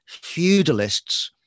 feudalists